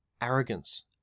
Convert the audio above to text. arrogance